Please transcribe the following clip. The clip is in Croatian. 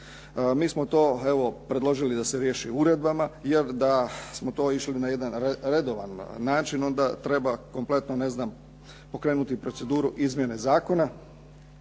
Mi smo to evo predložili da se riješi uredbama, jer da smo to išli na jedan redovan način onda treba kompletno ne znam pokrenuti proceduru izmjene zakona